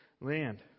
land